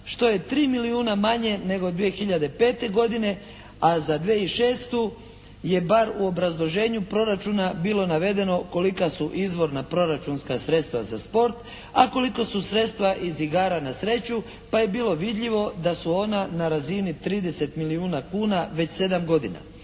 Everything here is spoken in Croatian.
što je tri milijuna manje nego 2005. godine, a za 2006. je bar u obrazloženju proračuna bilo navedeno kolika su izvorna proračunska sredstva za sport, a koliko su sredstva iz igara na sreću, pa je bilo vidljivo da su ona na razini 30 milijuna kuna već sedam godina.